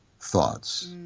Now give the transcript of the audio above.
thoughts